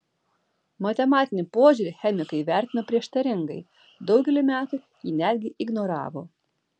matematinį požiūrį chemikai vertino prieštaringai daugelį metų jį netgi ignoravo